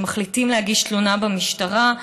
שמחליטים להגיש תלונה במשטרה,